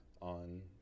on